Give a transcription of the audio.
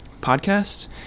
podcast